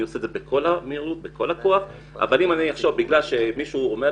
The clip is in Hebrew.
אני עושה את זה בכל המרץ ובכל הכוח אבל אם עכשיו בגלל שמישהו ילחץ